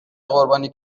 قربانی